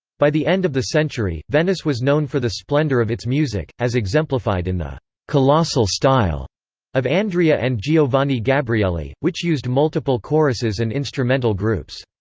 by the end of the century, venice was known for the splendor of its music, as exemplified in the colossal style of andrea and giovanni gabrieli, which used multiple choruses and instrumental groups.